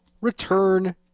return